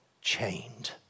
chained